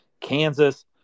Kansas